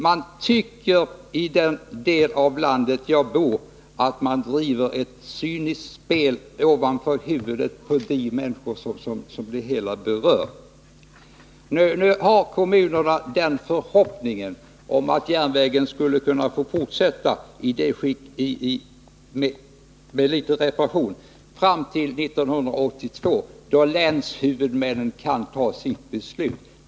Man tycker i den del av landet där jag bor att det i detta sammanhang bedrivs ett cyniskt spel ovanför huvudet på de människor som är berörda. Kommunerna har nu den förhoppningen att tågtrafiken, om en del reparationsarbeten får göras, skulle kunna fortsätta fram till 1982, då länshuvudmännen kan ta ställning i frågan.